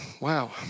wow